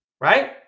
right